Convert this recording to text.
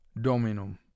Dominum